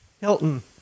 Hilton